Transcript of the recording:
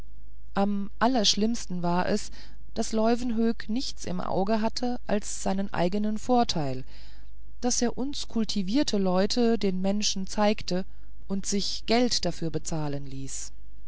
am allerschlimmsten war es daß leuwenhoek nichts im auge hatte als seinen eignen vorteil daß er uns kultivierte leute den menschen zeigte und sich geld dafür bezahlen ließ